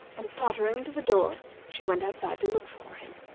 and tottering to the door, she went outside to look for him.